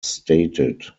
stated